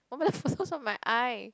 on my eye